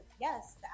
Yes